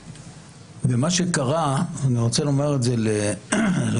מה שקרה אני אומר את זה ליושב-ראש